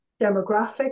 demographic